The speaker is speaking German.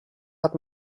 hat